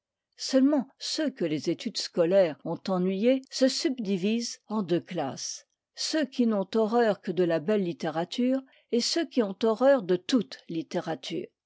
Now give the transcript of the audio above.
seulement ceux que les études scolaires ont ennuyés se subdivisent en deux classes ceux qui n'ont horreur que de la belle littérature et ceux qui ont horreur de toute littérature